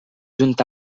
junt